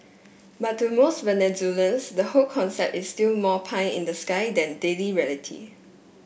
but to most Venezuelans the whole concept is still more pie in the sky than daily reality